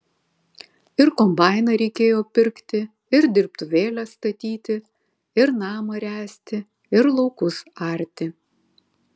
ir kombainą reikėjo pirkti ir dirbtuvėles statyti ir namą ręsti ir laukus arti